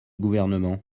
gouvernement